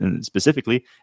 specifically